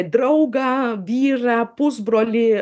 draugą vyrą pusbrolį